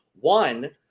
One